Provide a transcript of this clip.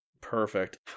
Perfect